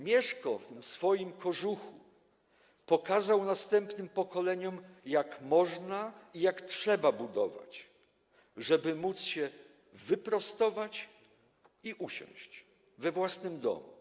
Mieszko w tym swoim kożuchu pokazał następnym pokoleniom, jak można i jak trzeba budować, żeby móc się wyprostować i usiąść we własnym domu.